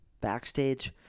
Backstage